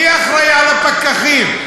מי אחראי על הפקחים?